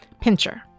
Pincher